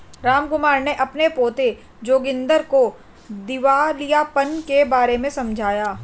रामकुमार ने अपने पोते जोगिंदर को दिवालियापन के बारे में समझाया